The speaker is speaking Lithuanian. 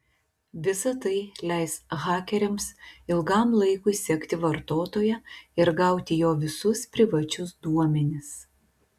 visa tai leis hakeriams ilgam laikui sekti vartotoją ir gauti jo visus privačius duomenis